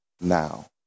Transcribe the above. now